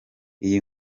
iyi